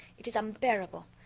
it is unbearable!